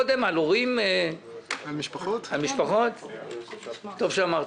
נתמכת, בבקשה.